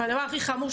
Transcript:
והדבר הכי חמור,